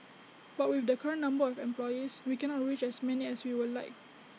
but with the current number of employees we cannot reach as many as we would like